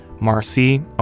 Marcy